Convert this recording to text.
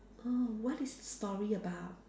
oh what is the story about